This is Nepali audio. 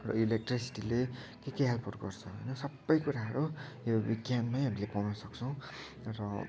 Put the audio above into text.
र इलेक्ट्रिसिटीले के के हेल्पहरू गर्छ होइन सबै कुराहरू यो विज्ञानमै हामीले पाउन सक्छौँ र